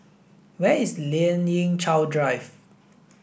where is Lien Ying Chow Drive